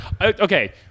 okay